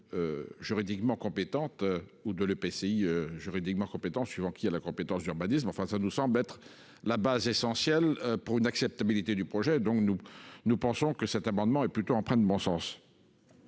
Juridiquement compétente ou de l'EPCI juridiquement compétents suivant qui a la compétence urbanisme enfin ça nous semble être la base essentielle pour une acceptabilité du projet. Donc nous, nous pensons que cet amendement est plutôt empreint de bon sens.